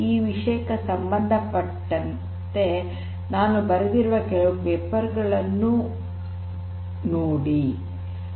ಈ ವಿಷಯಕ್ಕೆ ಸಂಬಂಧಿಸಿದಂತೆ ನಾನು ಬರೆದಿರುವ ಕೆಲವು ಪೇಪರ್ ಗಳನ್ನೂ ಓದಿ